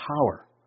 Power